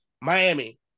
Miami